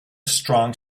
strong